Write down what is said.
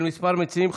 של כמה מציעים,